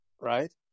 right